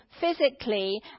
physically